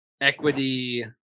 equity